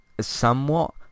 somewhat